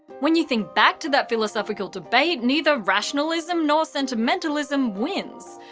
when you think back to that philosophical debate, neither rationalism nor sentimentalism wins.